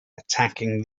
attacking